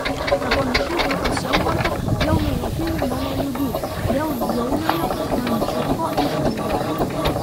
nepamiršau tavo sielvarto dėl nuolatinių mano ligų dėl bjauriojo ančiuko išvaizdos